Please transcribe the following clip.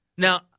Now